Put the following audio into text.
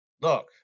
look